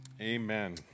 Amen